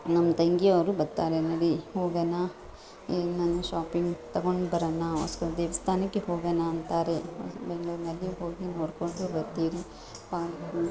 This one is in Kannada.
ನಮ್ಮ ತಂಗಿಯವರು ಬರ್ತಾರೆ ನಡಿ ಹೋಗೋಣ ಏನನು ಶಾಪಿಂಗ್ ತಗೊಂಡು ಬರೋಣ ದೇವಸ್ಥಾನಕ್ಕೆ ಹೋಗೋಣ ಅಂತಾರೆ ಬೆಂಗ್ಳೂರಿನಲ್ಲಿ ಹೋಗಿ ನೋಡ್ಕೊಂಡು ಬರ್ತೀರಿ ಪಾರ್ಕು